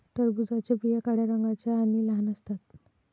टरबूजाच्या बिया काळ्या रंगाच्या आणि लहान असतात